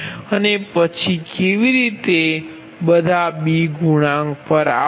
અને પછી કેવી રીતે બધા બી ગુણાંક પણ આવશે